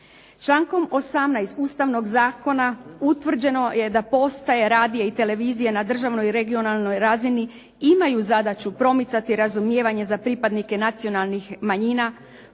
Člankom 18. Ustavnog zakona utvrđeno je da postaje radija i televizije na državnoj i regionalnoj razini imaju zadaću promicati razumijevanje za pripadnike nacionalnih manjina,